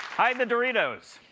hide the doritos.